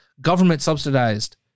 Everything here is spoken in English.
government-subsidized